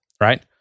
right